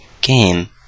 Game